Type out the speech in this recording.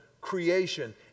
creation